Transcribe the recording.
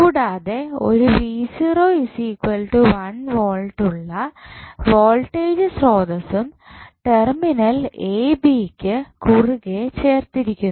കൂടാതെ ഒരു വോൾട് ഉള്ള വോൾട്ടേജ് സ്രോതസ്സും ടെർമിനൽ എ ബി യ്യ്ക്കു കുറുകെ ചേർത്തിരിക്കുന്നു